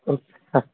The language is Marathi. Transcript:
ओके हां